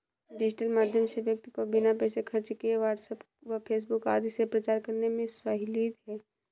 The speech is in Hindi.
डिजिटल माध्यम से व्यक्ति को बिना पैसे खर्च किए व्हाट्सएप व फेसबुक आदि से प्रचार करने में सहूलियत है